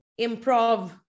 improv